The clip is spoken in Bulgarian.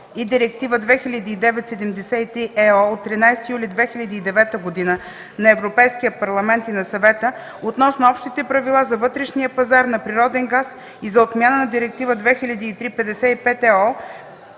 на Директива 2009/73/ЕО от 13 юли 2009 г. на Европейския парламент и на Съвета относно общите правила за вътрешния пазар на природен газ и за отмяна на Директива 2003/55/ЕО